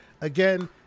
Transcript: again